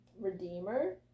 Redeemer